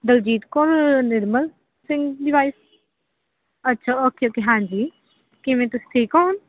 ਬਲਜੀਤ ਕੌਰ ਨਿਰਮਲ ਸਿੰਘ ਦੀ ਵਾਈਫ ਅੱਛਾ okay okay ਹਾਂਜੀ ਕਿਵੇਂ ਤੁਸੀਂ ਠੀਕ ਹੋ ਹੁਣ